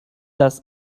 das